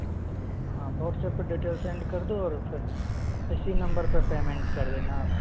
हाँ व्हाट्सऐप्प पे detail send कर दो और फिर इसी नंबर पर पेमेंट कर देना आप